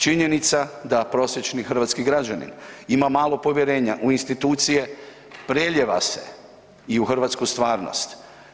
Činjenica da prosječni hrvatski građanin ima malo povjerenja u institucije, prelijeva se i u hrvatsku stvarnost.